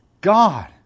God